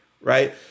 right